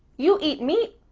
you eat meat,